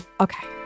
Okay